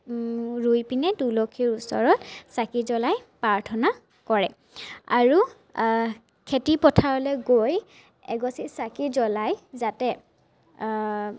ৰুই পিনে তুলসীৰ ওচৰত চাকি জ্ৱলাই প্ৰাৰ্থনা কৰে আৰু খেতিপথাৰলে গৈ এগচি চাকি জ্ৱলায় যাতে